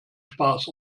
spaß